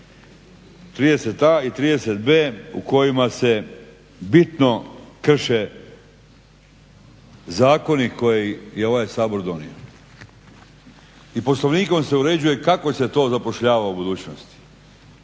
30.b, 30.a u kojima se bitno krše zakoni koje je ovaj Sabor donio i poslovnikom se uređuje kako se to zapošljava u budućnosti.